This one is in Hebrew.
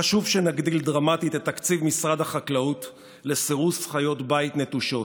חשוב שנגדיל דרמטית את תקציב משרד החקלאות לסירוס חיות בית נטושות.